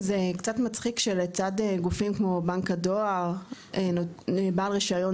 לצד הגופים כמו בנק הדואר או בעל רישיון